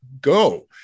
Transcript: go